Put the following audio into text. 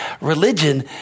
religion